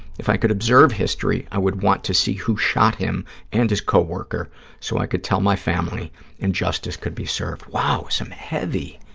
if i could observe history, i would want to see who shot him and his co-worker so i could tell my family and justice could be served. wow, some heavy,